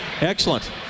Excellent